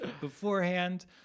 beforehand